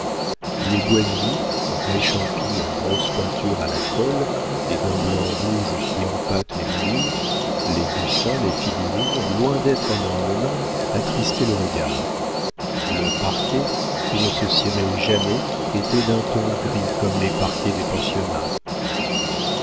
les boiseries réchampies en grosse peinture à la colle et d'un blanc rouge qui empâte les moulures les dessins les figurines loin d'être un ornement attristaient le regard le parquet qui ne se cirait jamais était d'un ton gris comme les parquets des pensionnats